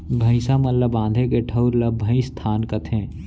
भईंसा मन ल बांधे के ठउर ल भइंसथान कथें